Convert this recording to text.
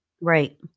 Right